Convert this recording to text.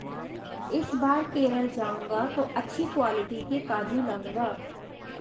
इस बार केरल जाऊंगा तो अच्छी क्वालिटी के काजू लाऊंगा